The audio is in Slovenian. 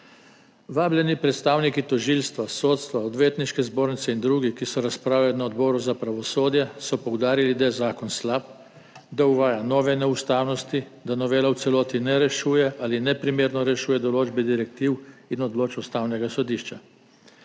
Vabljeni predstavniki tožilstva, sodstva, odvetniške zbornice in drugi, ki so razpravljali na Odboru za pravosodje, so poudarili, da je zakon slab, da uvaja nove neustavnosti, da novela v celoti ne rešuje ali neprimerno rešuje določbe direktiv in odločb Ustavnega sodišča.